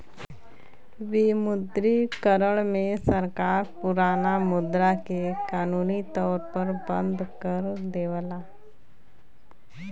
विमुद्रीकरण में सरकार पुराना मुद्रा के कानूनी तौर पर बंद कर देवला